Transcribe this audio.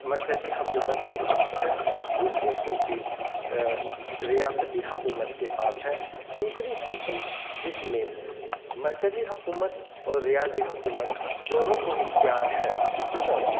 مرکزی حکومت کے پاس ہے دوسری سوچی ریاستی حکومت کے پاس ہے تیسری سوچی جس میں مرکزی حکومت اور ریاضی حکومت دونوں کو اختیار ہے اگر